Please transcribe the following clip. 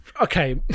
okay